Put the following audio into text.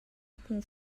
hmu